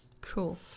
Cool